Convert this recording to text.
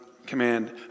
Command